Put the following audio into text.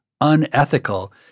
unethical